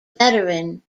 veteran